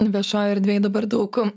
viešojoj erdvėj dabar daug